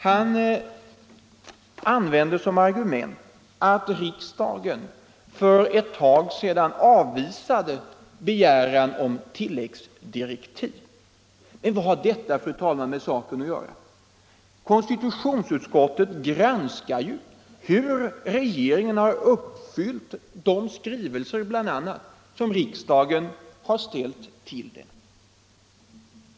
Han använde som argument att riksdagen för en tid sedan avvisade en begäran om tilläggsdirektiv, men vad har det med saken att göra? Konstitutionsutskottet granskar ju hur regeringen har uppfyllt kraven i de skrivelser som riksdagen ställt till regeringen.